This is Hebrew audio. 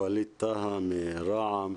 ווליד טאהא מרע"מ,